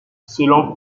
selon